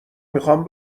میخام